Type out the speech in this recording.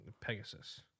Pegasus